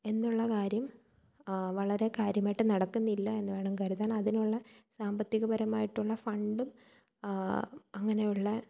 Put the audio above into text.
എന്നുള്ള കാര്യം വളരെ കാര്യമായിട്ട് നടക്കുന്നില്ല എന്ന് വേണം കരുതാൻ അതിനുള്ള സാമ്പത്തിക പരമായിട്ടുള്ള ഫണ്ടും അങ്ങനെയുള്ള